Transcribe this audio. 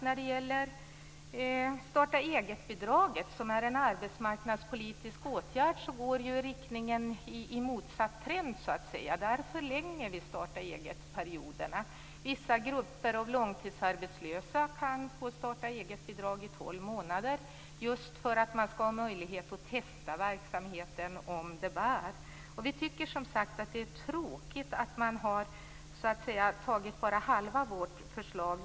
När det gäller starta-eget-bidraget, som är en arbetsmarknadspolitisk åtgärd, går riktningen mot motsatt trend. Där förlängs perioderna. Vissa grupper av långtidsarbetslösa t.ex. kan få starta-eget-bidrag i tolv månader just för att de skall ha möjlighet att testa om verksamheten bär. Vi i Vänsterpartiet tycker som sagt att det är tråkigt att regeringen bara har tagit halva vårt förslag.